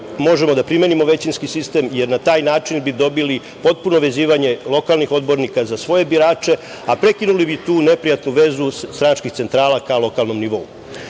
možemo da primenimo većinski sistem, jer na taj način bi dobili potpuno vezivanje lokalnih odbornika za svoje birače, a prekinuli bi tu neprijatnu vezu stranačkih centrala ka lokalnom nivou. Pored